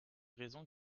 raisons